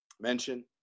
mention